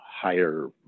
higher